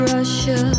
Russia